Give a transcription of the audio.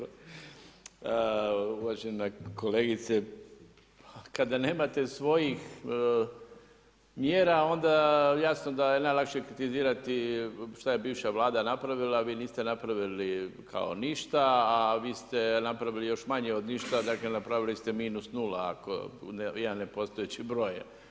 Uvažena kolegice, kada nemate svojih mjera onda jasno da je najlakše kritizirati šta je bivša Vlada napravila, vi niste napravili kao ništa a vi ste napravili još manje od ništa, dakle napravili ste minus nula, iako je jedan nepostojeći broj.